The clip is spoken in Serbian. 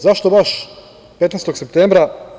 Zašto baš 15. septembra?